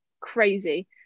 crazy